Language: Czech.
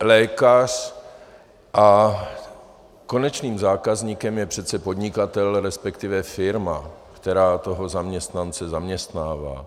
lékař a konečným zákazníkem je přece podnikatel resp. firma, která toho zaměstnance zaměstnává.